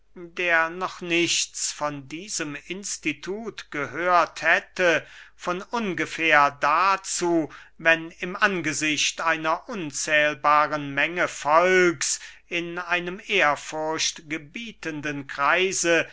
der noch nichts von diesem institut gehört hätte von ungefähr dazu wenn im angesicht einer unzählbaren menge volks in einem ehrfurcht gebietenden kreise